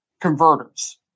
converters